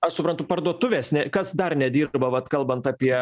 aš suprantu parduotuvės ne kas dar nedirba vat kalbant apie